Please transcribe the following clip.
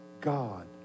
God